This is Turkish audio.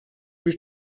bir